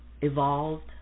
evolved